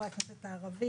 חברי הכנסת הערבים,